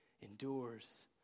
endures